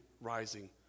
rising